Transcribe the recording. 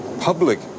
public